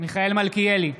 מיכאל מלכיאלי,